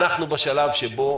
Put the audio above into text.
אנחנו בשלב שבו,